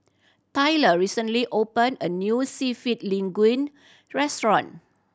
Tyler recently opened a new Seafood Linguine Restaurant